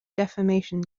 defamation